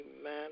Amen